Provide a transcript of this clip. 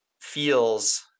feels